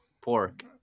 pork